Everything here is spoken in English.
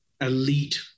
elite